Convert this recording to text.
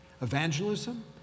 Evangelism